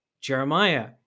Jeremiah